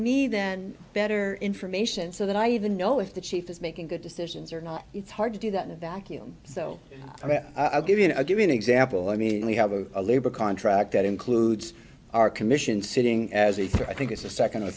me then better information so that i even know if the chief is making good decisions or not it's hard to do that in a vacuum so i'll give you know i give you an example i mean we have a labor contract that includes our commission sitting as i think it's the second or